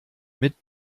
mit